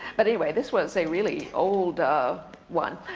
but anyway, this was a really old ah one.